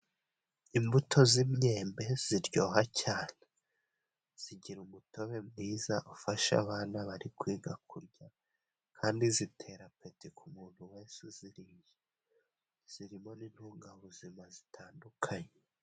Imbuto z’imyembe, ziryoha cyane, zigira umutobe mwiza, ufasha abana bari kwiga kurya, kandi zitera apeti ku muntu wese uziriye. Zirimo n’intungabuzima zitandukanye.